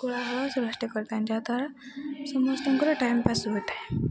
କୋଳାହଳା ସୃଷ୍ଟି କରିଥାନ୍ତି ଯାହାଦ୍ୱାରା ସମସ୍ତଙ୍କର ଟାଇମ୍ ପାସ୍ ହୋଇଥାଏ